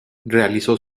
realizó